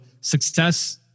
success